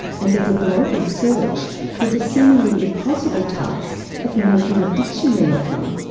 and there's a global search with the seemingly impossible task of making a dictionary of them.